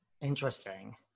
Interesting